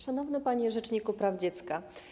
Szanowny Panie Rzeczniku Praw Dziecka!